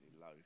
low